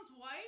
white